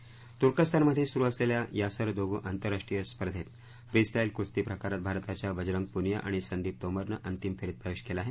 freestyle कस्ती तुर्कस्तान मध्ये सुरू असलेल्या यासर दोगु आंतरराष्ट्रीय स्पर्धेत फ्रीस्टाईल कुस्ती प्रकारात भारताच्या बजरंग पुनिया आणि संदीप तोमरनं अंतिम फेरीत प्रवेश केला आहे